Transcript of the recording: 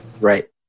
Right